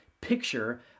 picture